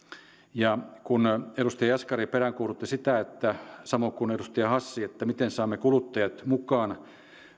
ja kun edustaja jaskari peräänkuulutti samoin kuin edustaja hassi sitä miten saamme kuluttajat mukaan